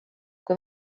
kui